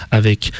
avec